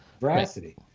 veracity